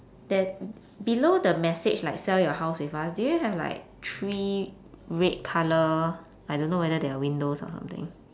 that below the message like sell your house with us do you have like three red colour I don't know whether they are windows or something